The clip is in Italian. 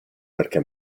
perché